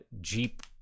jeep